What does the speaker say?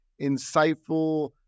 insightful